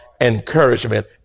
encouragement